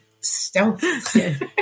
stealth